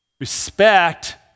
Respect